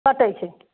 कटै छै